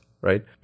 Right